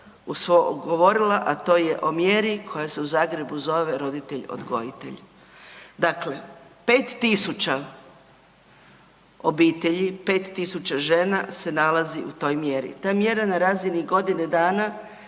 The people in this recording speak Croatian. u svom govorila, a to je o mjeri koja se u Zagrebu zove roditelj odgojitelj. Dakle, 5.000 obitelji, 5.000 žena se nalazi u toj mjeri. Ta mjera na razini godine dana